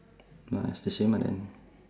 ya it's the same lah then